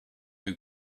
who